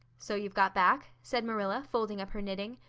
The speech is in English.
so you've got back? said marilla, folding up her knitting.